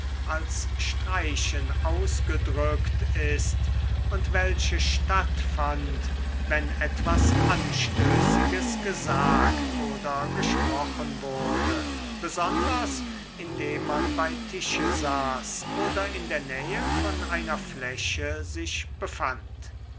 als streichen ausgedrückt ist und welche stattfand wenn etwas anstößiges gesagt oder gesprochen wurde besonders indem man bei tische saß oder in der nähe von einer fläche sich befand